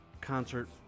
concert